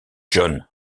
john